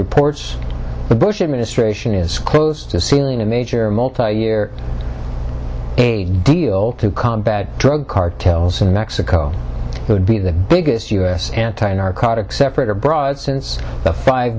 reports the bush administration is close to sealing a major multi year deal to combat drug cartels in mexico would be the biggest u s anti narcotic separator broad since the five